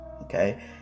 okay